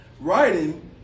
writing